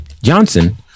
johnson